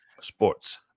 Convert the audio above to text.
Sports